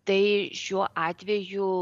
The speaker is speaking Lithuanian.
tai šiuo atveju